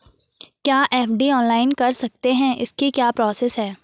क्या FD online कर सकते हैं इसकी क्या प्रोसेस है?